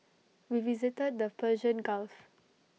we visited the Persian gulf